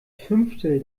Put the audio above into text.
fünftel